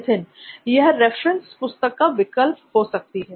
नित्थिन यह रेफरेंस पुस्तक का विकल्प हो सकती है